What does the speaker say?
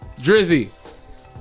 drizzy